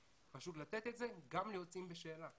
לתת את זה גם ליוצאים בשאלה.